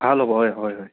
ভাল হ'ব হয় হয়